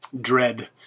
dread